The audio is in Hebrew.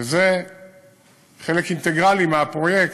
וזה חלק אינטגרלי מהפרויקט,